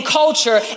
culture